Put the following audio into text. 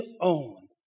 own